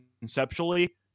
conceptually